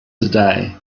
today